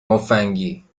مفنگی